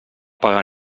pagar